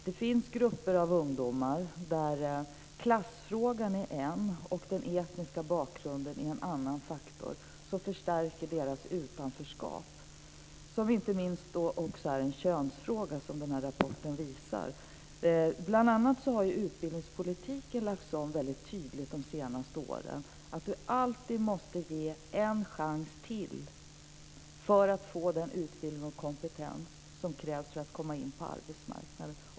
Det finns grupper av ungdomar där klassfrågan är en faktor och den etniska bakgrunden en annan som förstärker deras utanförskap. Inte minst är det också en könsfråga, såsom den här rapporten visar. Bl.a. har utbildningspolitiken lagts om väldigt tydligt de senaste åren. Man måste alltid ges en chans till för att få den utbildning och kompetens som krävs för att komma in på arbetsmarknaden.